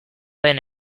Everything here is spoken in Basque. den